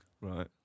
Right